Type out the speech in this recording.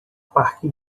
parque